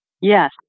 Yes